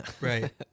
right